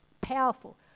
powerful